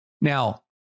Now